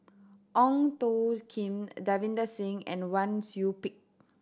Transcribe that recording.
Ong Tjoe Kim Davinder Singh and Wang Sui Pick